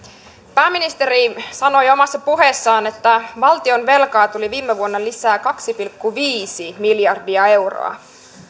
pääministeri sanoi omassa puheessaan että valtionvelkaa tuli viime vuonna lisää kaksi pilkku viisi miljardia euroa